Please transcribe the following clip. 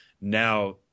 now